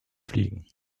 fliegen